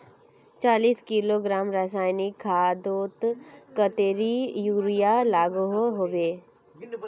चालीस किलोग्राम रासायनिक खादोत कतेरी यूरिया लागोहो होबे?